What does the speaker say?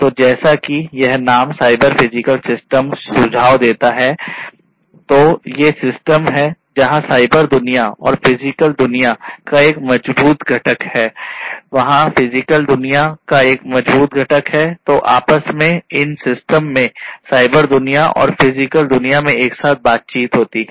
तो आपस इन सिस्टम में साइबर दुनिया और फिजिकल दुनिया में एक साथ बातचीत है